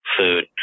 food